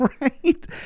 right